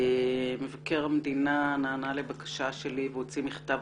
מבקר המדינה נענה לבקשה שלי והוא הוציא מכתב